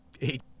eight